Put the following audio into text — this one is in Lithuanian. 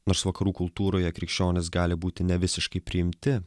nors vakarų kultūroje krikščionys gali būti nevisiškai priimti